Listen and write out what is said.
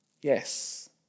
Yes